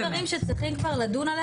זה דברים שצריכים כבר לדון עליהם.